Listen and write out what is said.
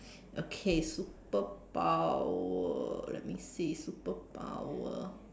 okay superpower let me see superpower